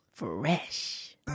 Fresh